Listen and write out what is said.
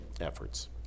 efforts